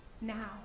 now